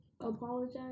apologize